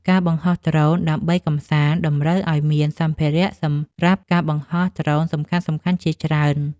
ការបង្ហោះដ្រូនដើម្បីកម្សាន្ត តម្រូវឲ្យមានសម្ភារៈសម្រាប់ការបង្ហោះដ្រូនសំខាន់ៗជាច្រើន។